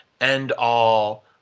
end-all